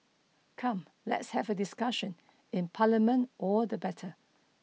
come let's have a discussion in parliament all the better